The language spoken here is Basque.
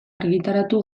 argitaratu